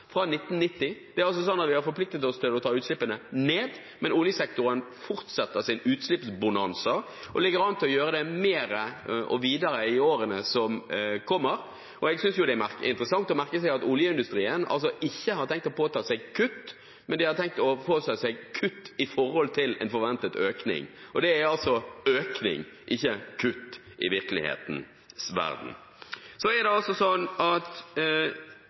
Vi har altså forpliktet oss til å ta utslippene ned, men oljesektoren fortsetter sin utslippsbonanza og ligger an til å gjøre det mer og videre i årene som kommer. Jeg synes det er interessant å merke seg at oljeindustrien altså ikke har tenkt å påta seg kutt, men de har tenkt å påta seg kutt i forhold til en forventet økning – og det er altså økning, ikke kutt, i virkelighetens verden. Det gjør at jeg gjerne stiller et spørsmål til statsråden som det